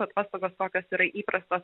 atostogos kokios yra įprastos